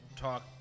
talk